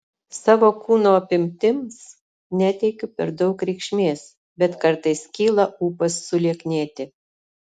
savo kūno apimtims neteikiu per daug reikšmės bet kartais kyla ūpas sulieknėti